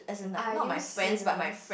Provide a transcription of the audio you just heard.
are you serious